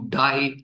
die